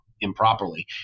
improperly